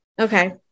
Okay